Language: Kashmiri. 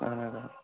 اہن حظ آ